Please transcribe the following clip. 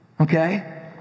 Okay